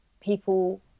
people